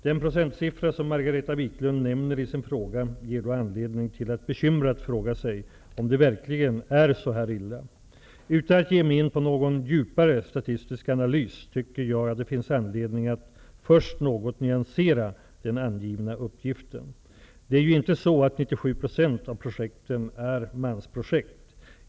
Den procentsiffra som Margareta Viklund nämner i sin fråga ger då anledning till att bekymrat fråga sig om det verkligen är så här illa. Utan att ge mig in i någon djupare statistisk analys, tycker jag att det finns anledning att först något nyansera den angivna uppgiften. Det är ju inte så att 97 % av projekten är mansprojekt.